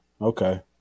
okay